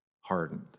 hardened